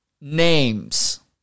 names